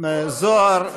זוהר,